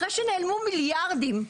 אחרי שנעלמו מיליארדים,